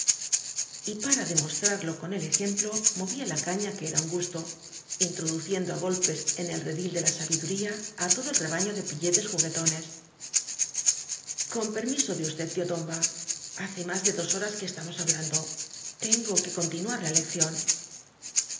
para demostrarlo con el ejemplo movía la caña que era un gusto introduciendo á gol pes en el redil de la sabiduría á todo el rebaño de pilletes juguetones con permiso de usted tío tomba hace más de dos horas que estamos hablando tengo que continuar la lección